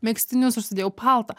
megztinius užsidėjau paltą